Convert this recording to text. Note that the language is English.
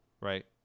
Right